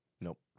Nope